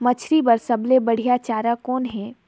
मछरी बर सबले बढ़िया चारा कौन हे?